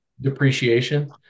depreciation